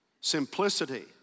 simplicity